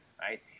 right